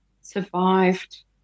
survived